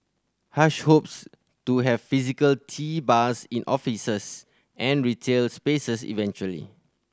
hush hopes to have physical tea bars in offices and retail spaces eventually